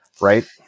Right